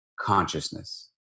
consciousness